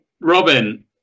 Robin